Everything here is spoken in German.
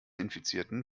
infizierten